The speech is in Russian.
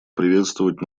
приветствовать